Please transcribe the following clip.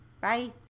bye